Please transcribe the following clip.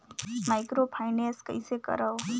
Microfinance कइसे करव?